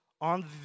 on